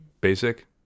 basic